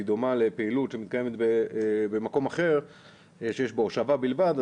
היא דומה לפעילות שמתקיימת במקום אחר שיש בו הושבה בלבד,